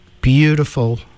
beautiful